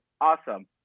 awesome